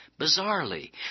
bizarrely